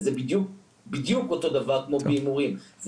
וזה בדיוק אותו דבר כמו בהימורים.